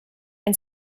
and